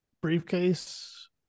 briefcase